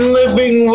living